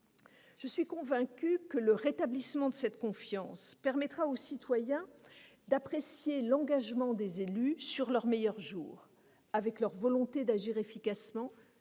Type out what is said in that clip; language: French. Je suis convaincue que le rétablissement de cette confiance permettra aux citoyens d'apprécier l'engagement des élus sous son meilleur jour et leur volonté d'agir efficacement